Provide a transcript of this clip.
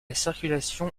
circulation